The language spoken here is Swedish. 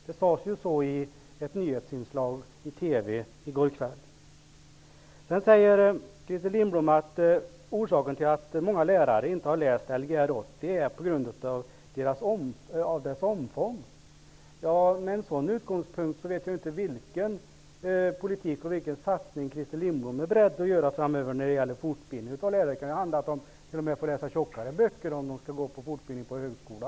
Det sades så i ett nyhetsinslag i TV i går kväll. Christer Lindblom säger att orsaken till att många lärare inte har läst Lgr 80 beror på dess omfång. Med en sådan utgångspunkt vet vi inte vilken politik som skall föras och vilken satsning Christer Lindblom är beredd att göra framöver när det gäller fortbildning. Det kan hända att lärarna t.o.m. får läsa tjockare böcker om de skall fortbildas på högskola.